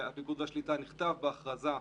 אנחנו פועלים בהתאם